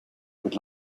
would